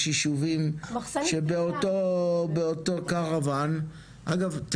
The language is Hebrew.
לפעמים אתה